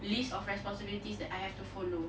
a list of responsibilities that I have to follow